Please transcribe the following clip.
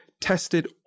tested